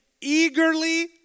eagerly